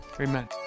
Amen